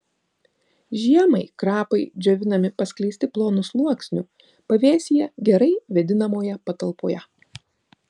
žiemai krapai džiovinami paskleisti plonu sluoksniu pavėsyje gerai vėdinamoje patalpoje